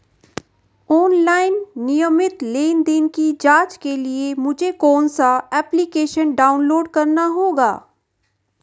Online नियमित लेनदेन की जांच के लिए मुझे कौनसा एप्लिकेशन डाउनलोड करना होगा?